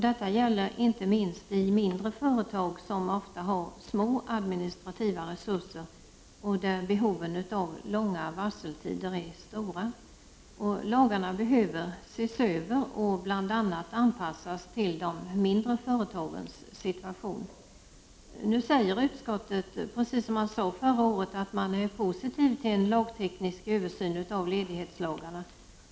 Detta gäller inte minst i mindre företag, som ofta har små administrativa resurser och där behoven av långa varseltider är stora. Lagarna behöver ses över och bl.a. anpassas till de mindre företagens situation. Nu säger utskottet — precis som man sade förra året — att man är positiv till en lagteknisk översyn av ledighetslagarna.